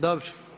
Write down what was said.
Dobro.